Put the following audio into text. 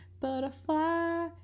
Butterfly